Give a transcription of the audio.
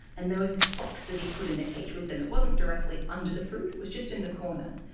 and there was this box that he'd put in the cage with them. it wasn't directly under the fruit, it was just in the corner.